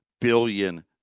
billion